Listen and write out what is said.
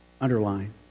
underline